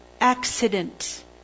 accident